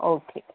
okay